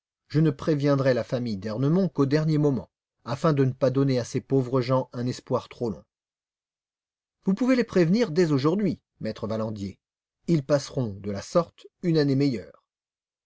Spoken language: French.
je ne préviendrai la famille d'ernemont qu'au dernier moment afin de ne pas donner à ces pauvres gens un espoir trop long vous pouvez les prévenir dès aujourd'hui maître valandier ils passeront de la sorte une année meilleure